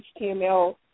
HTML